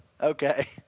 Okay